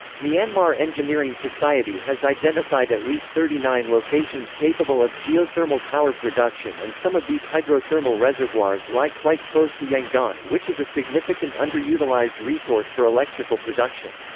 myanmar engineering society has identified at least thirty nine locations capable of geothermal power production and some of these hydrothermal reservoirs lie quite close to yangon which is a significant underutilized resource for electrical production.